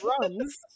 runs